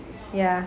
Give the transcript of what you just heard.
ya